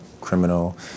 criminal